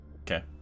Okay